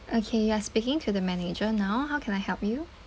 okay you are speaking to the manager now how can I help you